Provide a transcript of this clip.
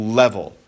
level